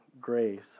grace